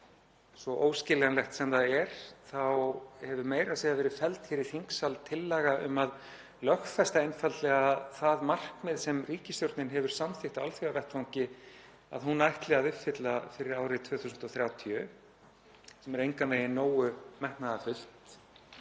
Svo óskiljanlegt sem það er hefur meira að segja verið felld í þingsal tillaga um að lögfesta einfaldlega það markmið sem ríkisstjórnin hefur samþykkt á alþjóðavettvangi að hún ætli að uppfylla fyrir árið 2030, sem er engan veginn nógu metnaðarfullt.